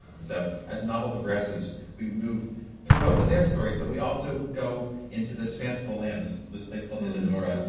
so as the novel progresses we move through both of their stories but we also go into this fanciful land, this this place called isidora.